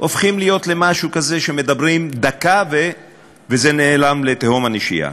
הופכים להיות משהו כזה שמדברים עליו דקה וזה נעלם לתהום הנשייה.